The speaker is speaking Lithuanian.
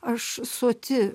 aš soti